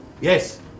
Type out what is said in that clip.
Yes